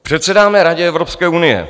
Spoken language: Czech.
Předsedáme Radě Evropské unie.